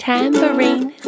Tambourine